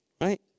Right